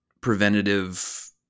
preventative